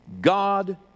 god